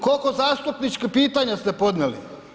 Koliko zastupničkih pitanja ste podnijeli?